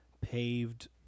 paved